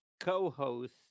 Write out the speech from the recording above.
co-host